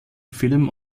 film